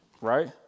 right